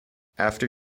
after